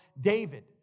David